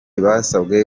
basabwe